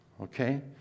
okay